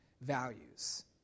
values